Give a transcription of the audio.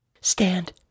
Stand